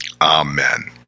Amen